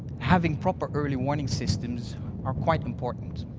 having proper early warning systems are quite important.